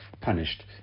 punished